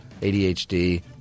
adhd